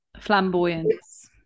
flamboyance